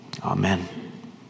Amen